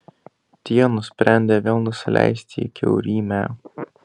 tie nusprendė vėl nusileisti į kiaurymę